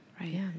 Right